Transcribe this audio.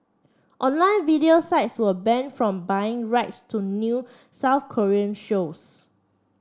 online video sites were banned from buying rights to new South Korean shows